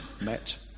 met